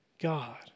God